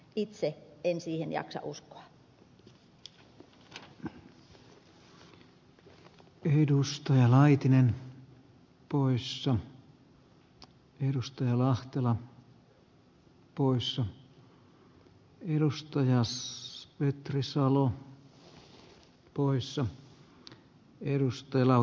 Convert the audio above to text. itse en siihen jaksa uskoa